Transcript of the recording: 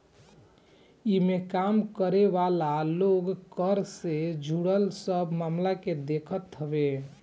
इमें काम करे वाला लोग कर से जुड़ल सब मामला के देखत हवे